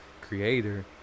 creator